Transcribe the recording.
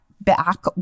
back